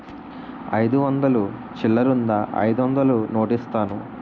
అయిదు వందలు చిల్లరుందా అయిదొందలు నోటిస్తాను?